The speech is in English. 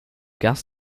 gas